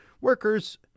workers